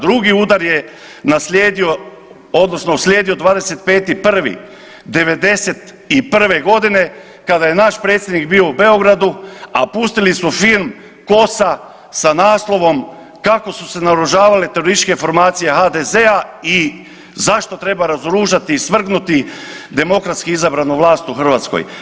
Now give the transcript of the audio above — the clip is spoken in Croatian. Drugi udar je naslijedio odnosno uslijedio 25.1.'91. godine kada je naš predsjednik bio u Beogradu, a pustili su film KOS-a sa naslovom kako su se naoružavale terorističke formacije HDZ-a i zašto treba razoružati i svrgnuti demokratski izabranu vlast u Hrvatskoj.